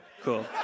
Cool